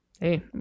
hey